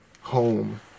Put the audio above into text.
home